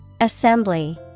Assembly